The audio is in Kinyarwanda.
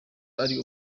ari